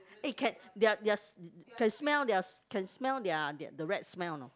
eh can their their can smell their can smell their the rat smell or not